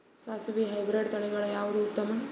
ಸಾಸಿವಿ ಹೈಬ್ರಿಡ್ ತಳಿಗಳ ಯಾವದು ಉತ್ತಮ?